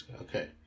Okay